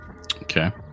Okay